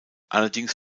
allerdings